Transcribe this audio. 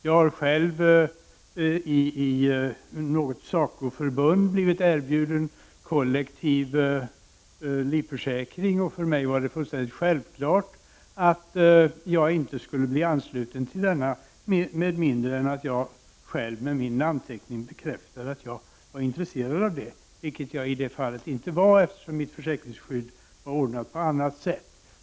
Jag har själv i ett SACO-förbund blivit erbjuden kollektiv livförsäkring, och för mig var det självklart att jag inte skulle ansluta mig med mindre än att jag själv med min namnteckning bekräftade att jag var intresserad av det — vilket jag dock inte var, eftersom mitt försäkringsskydd var ordnat på annat sätt.